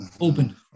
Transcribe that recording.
open